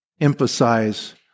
emphasize